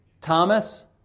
Thomas